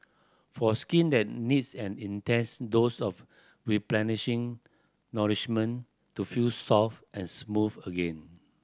for skin that needs an intense dose of replenishing nourishment to feel soft and smooth again